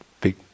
big